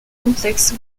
complex